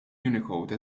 unicode